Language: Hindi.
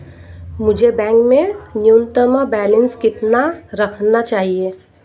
मुझे बैंक में न्यूनतम बैलेंस कितना रखना चाहिए?